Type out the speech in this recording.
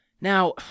now